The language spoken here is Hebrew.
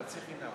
"חצי חינם".